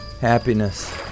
happiness